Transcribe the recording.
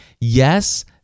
Yes